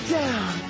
down